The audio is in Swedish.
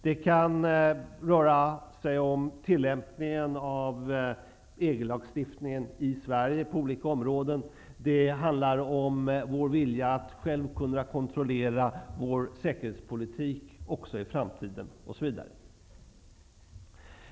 Det kan röra sig om tillämpningen av EG-lagstiftningen i Sverige på olika områden, det handlar om vår vilja att själva kunna kontrollera vår säkerhetspolitik också i framtiden, osv.